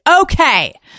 Okay